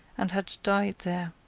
and had died there.